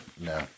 No